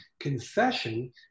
confession